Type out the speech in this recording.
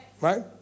right